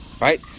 right